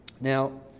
Now